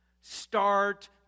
start